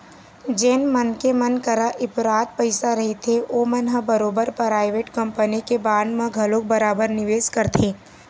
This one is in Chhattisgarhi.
जेन मनखे मन करा इफरात पइसा रहिथे ओमन ह बरोबर पराइवेट कंपनी के बांड म घलोक बरोबर निवेस करथे